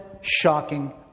shocking